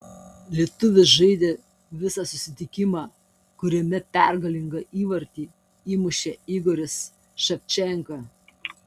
lietuvis žaidė visą susitikimą kuriame pergalingą įvartį įmušė igoris ševčenka